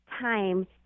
time